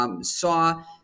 saw